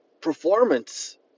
performance